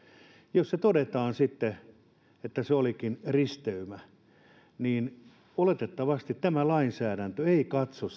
jos todetaan sitten että se olikin risteymä niin oletettavasti tämä lainsäädäntö ei katso